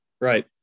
Right